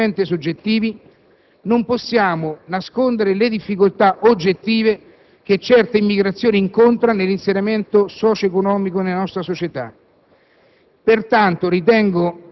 argomenti sono di natura squisitamente soggettivi, ma non possiamo nascondere le difficoltà oggettive che certa immigrazione incontra nell'inserimento socio-economico nella nostra società.